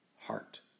heart